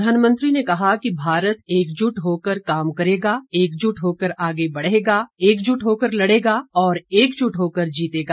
प्रधानमंत्री ने कहा कि भारत एकजुट होकर काम करेगा एकजुट होकर आगे बढ़ेगा एकजुट होकर लड़ेगा और एकजुट होकर जीतेगा